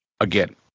Again